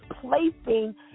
placing